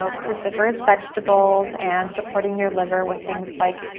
so cruciferous vegetables and supporting your liver with things like